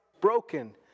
broken